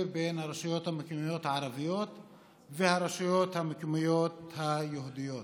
של הרשויות המקומיות הערביות לרשויות המקומיות היהודיות.